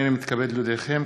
הנני מתכבד להודיעכם,